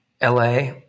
LA